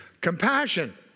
compassion